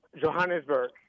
Johannesburg